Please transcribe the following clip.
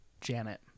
Janet